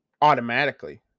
automatically